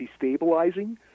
destabilizing